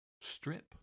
Strip